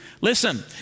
Listen